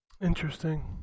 Interesting